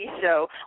Show